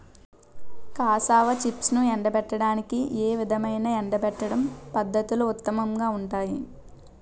Cassava చిప్స్ను ఎండబెట్టడానికి ఏ విధమైన ఎండబెట్టడం పద్ధతులు ఉత్తమంగా ఉంటాయి?